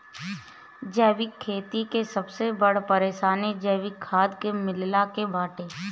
जैविक खेती के सबसे बड़ परेशानी जैविक खाद के मिलला के बाटे